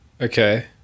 Okay